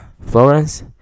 Florence